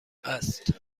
است